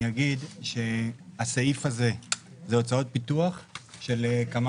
אני אגיד שהסעיף הזה זה הוצאות פיתוח של כמה